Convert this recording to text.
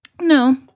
No